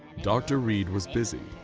dr. reed was busy,